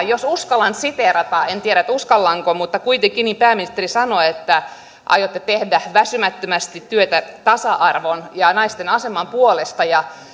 jos uskallan siteerata en tiedä uskallanko mutta kuitenkin pääministeri sanoitte että aiotte tehdä väsymättömästi työtä tasa arvon ja naisten aseman puolesta